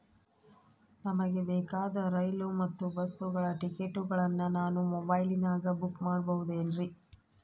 ನಮಗೆ ಬೇಕಾದ ರೈಲು ಮತ್ತ ಬಸ್ಸುಗಳ ಟಿಕೆಟುಗಳನ್ನ ನಾನು ಮೊಬೈಲಿನಾಗ ಬುಕ್ ಮಾಡಬಹುದೇನ್ರಿ?